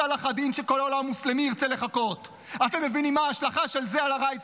אנחנו זעקנו שזו בכייה לדורות,